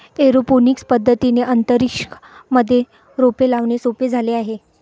aeroponics पद्धतीने अंतरिक्ष मध्ये रोपे लावणे सोपे झाले आहे